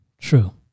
true